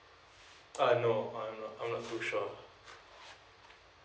uh no I'm not I'm not too sure